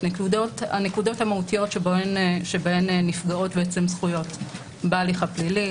הנקודות המהותיות שבהן נפגעות בעצם זכויות בהליך הפלילי.